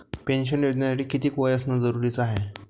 Pension योजनेसाठी कितीक वय असनं जरुरीच हाय?